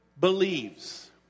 believes